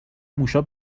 موشا